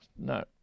no